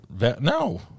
No